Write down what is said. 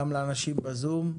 גם לאנשים בזום.